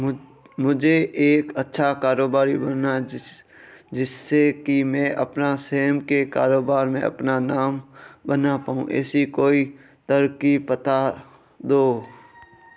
मुझे एक अच्छा कारोबारी बनना है जिससे कि मैं अपना स्वयं के कारोबार में अपना नाम बना पाऊं ऐसी कोई तरकीब पता दो?